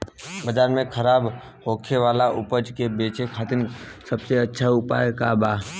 बाजार में खराब होखे वाला उपज के बेचे खातिर सबसे अच्छा उपाय का बा?